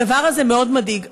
הדבר הזה מאוד מדאיג.